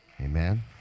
Amen